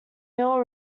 mill